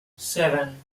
seven